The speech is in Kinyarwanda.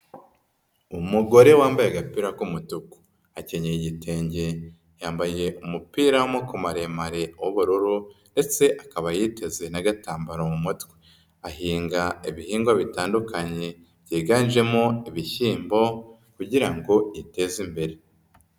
Umugore wambaye agapira k'umutuku, akenyeye igitenge, yambaye umupira w'amaboko maremare w'ubururu ndetse akaba yiteze n'agatambaro mu mutwe. Ahinga ibihingwa bitandukanye byiganjemo ibishyimbo kugira ngo yiteze imbere.